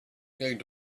going